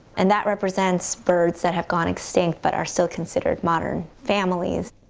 and that represents birds that have gone extinct but are still considered modern families.